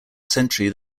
century